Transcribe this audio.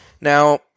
Now